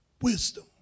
wisdom